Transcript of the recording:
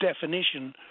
definition